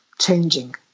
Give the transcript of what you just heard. changing